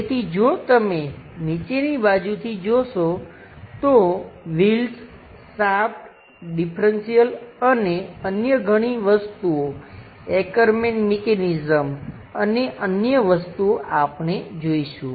તેથી જો તમે નીચેની બાજુથી જોશો તો વ્હીલ્સ શાફ્ટ ડિફરન્સિઅલ અને અન્ય ઘણી વસ્તુઓ એકરમેન મિકેનિઝમAckermans mechanism અને અન્ય વસ્તુઓ આપણે જોઈશું